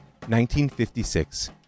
1956